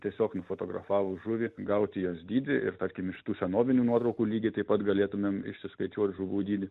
tiesiog nufotografavus žuvį gauti jos dydį ir tarkim iš tų senovinių nuotraukų lygiai taip pat galėtumėm išsiskaičiuot žuvų dydį